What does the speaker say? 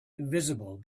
invisible